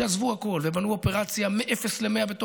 שעזבו הכול ובנו אופרציה מאפס למאה,